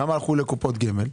כמה הלכו לקופות גמל.